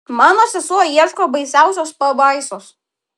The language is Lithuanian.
mano sesuo ieško baisiausios pabaisos